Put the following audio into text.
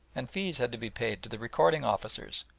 and fees had to be paid to the recording officers.